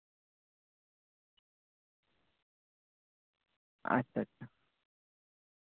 ᱟᱪᱪᱷᱟ ᱟᱪᱪᱷᱟ